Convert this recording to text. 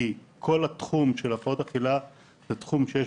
כל התחום של הפרעות אכילה הוא תחום שיש